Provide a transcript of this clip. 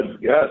yes